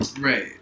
right